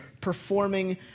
performing